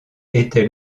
était